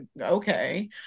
okay